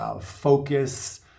focus